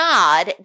God